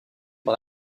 par